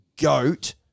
Goat